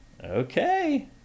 okay